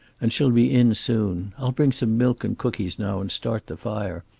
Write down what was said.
and she'll be in soon. i'll bring some milk and cookies now, and start the fire.